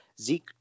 Zeke